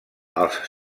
els